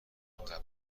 قبلا